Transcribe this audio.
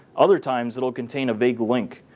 other times it will contain a vague link.